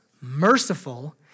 Merciful